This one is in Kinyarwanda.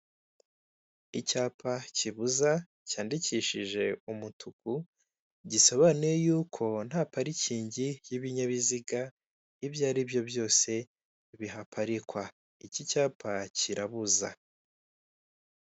Icyapa kibuza cyandikishije umutuku, gisobanuye yuko nta parikingi y'ibinyabiziga ibyo aribyo byose bihaparikwa, iki cyapa kirabuza.